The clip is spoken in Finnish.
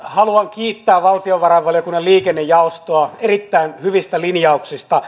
haluan kiittää valtiovarainvaliokunnan liikennejaostoa erittäin hyvistä linjauksista